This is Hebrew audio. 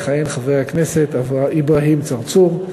יכהן חבר הכנסת אברהים צרצור.